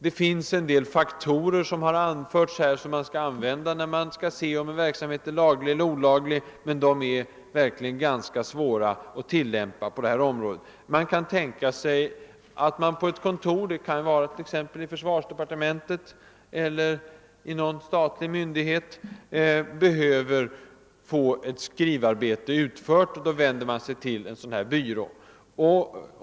Det finns en del faktorer som man skall ta hänsyn till när man vill avgöra om en verksamhet är laglig eller olaglig. Mon de är verkligen ganska svåra att tillämpa på detta område. Det kan tänkas att man på ett kontor, t.ex. i försvarsdepartementet eller i någon statlig myndighet, behöver få ett skrivarbete utfört. Då vänder man sig till en sådan här byrå.